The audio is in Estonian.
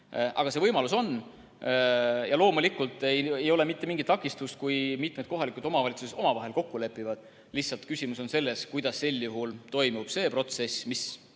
Aga see võimalus on. Loomulikult ei ole mitte mingit takistust, kui mitu kohalikku omavalitsust omavahel kokku lepivad. Lihtsalt küsimus on selles, kuidas sel juhul toimub see protsess, mis